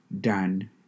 done